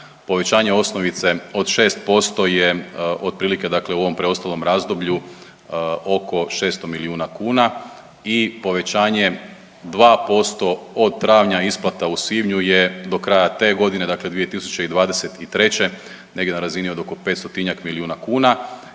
povećanje osnovice od 6% je otprilike dakle u ovom preostalom razdoblju oko 600 milijuna kuna i povećanje 2% od travnja isplata u svibnju je do kraja te godine dakle 2023. negdje na razini od oko 500-tinjak milijuna kuna.